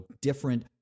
different